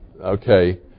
Okay